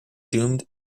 doomed